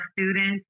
students